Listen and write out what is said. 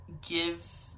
give